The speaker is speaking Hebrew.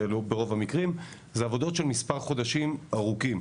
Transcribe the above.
ברוב המקרים זה עבודות של מספר חודשים ארוכים.